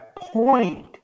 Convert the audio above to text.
point